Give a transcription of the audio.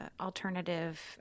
alternative